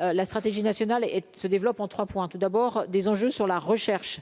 la stratégie nationale et se développe en 3 points : tout d'abord des enjeux sur la recherche